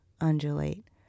undulate